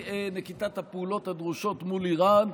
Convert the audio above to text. ואי-נקיטת הפעולות הדרושות מול איראן,